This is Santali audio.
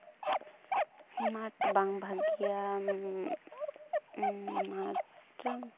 ᱱᱟᱴ ᱵᱟᱝ ᱵᱷᱟᱹᱜᱤᱭᱟ ᱱᱟᱴ